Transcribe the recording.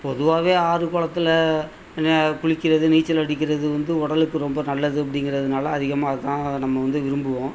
பொதுவாகவே ஆறு குளத்துல ந குளிக்கிறது நீச்சல் அடிக்கிறது வந்து உடலுக்கு ரொம்ப நல்லது அப்படிங்கிறதுனால அதிகமாக அதுதான் நம்ம வந்து விரும்புவோம்